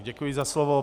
Děkuji za slovo.